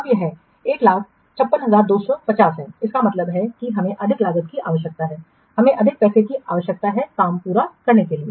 अब यह 156250 है इसका मतलब है कि हमें अधिक लागत की आवश्यकता है हमें अधिक पैसे की आवश्यकता है काम पूरा करो